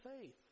faith